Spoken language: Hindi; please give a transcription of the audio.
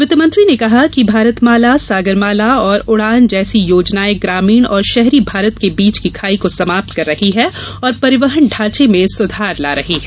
वित्तमंत्री ने कहा कि भारतमाला सागरमाला और उड़ान जैसी योजनाएं ग्रामीण और शहरी भारत के बीच की खाई को समाप्त कर रही है और परिवहन ढ़ांचे में सुधार ला रही हैं